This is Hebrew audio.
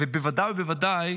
ובוודאי ובוודאי